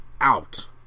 out